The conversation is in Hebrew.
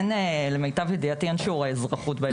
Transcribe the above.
למיטב ידיעתי אין שיעורי אזרחות ביסודי.